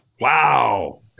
Wow